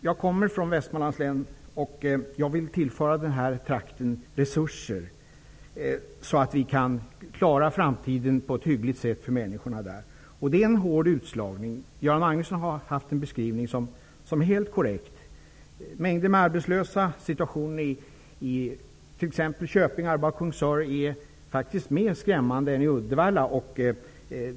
Jag kommer från Västmanlands län, och jag vill tillföra den trakten resurser, så att vi kan klara framtiden på ett hyggligt sätt för människorna där. Det sker en hård utslagning. Göran Magnusson gjorde en beskrivning som är helt korrekt. Det finns mängder med arbetslösa. Situationen i t.ex. Köping, Arboga och Kungsör är mer skrämmande än den är i Uddevalla.